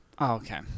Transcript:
Okay